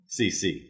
CC